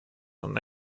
und